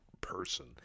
person